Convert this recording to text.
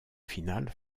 finale